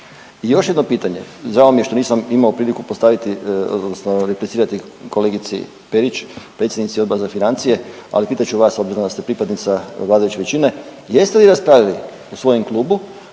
I još jedno pitanje, žao mi je što nisam imamo priliku postaviti odnosno replicirati kolegici Perić predsjednici Odbora za financije, ali pitat ću vas s obzirom da ste pripadnica vladajuće većine. Jeste li raspravljali u svojem klubu